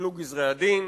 יבוטלו גזרי-הדין,